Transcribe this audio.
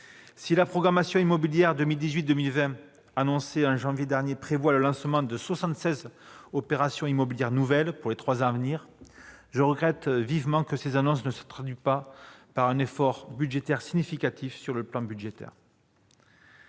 Si la programmation immobilière 2018-2020 annoncée en janvier dernier prévoit le lancement de soixante-seize opérations immobilières nouvelles pour les trois années à venir, je regrette vivement que ces annonces ne se traduisent par aucun effort significatif sur le plan budgétaire.